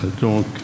Donc